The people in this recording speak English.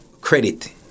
credit